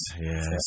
yes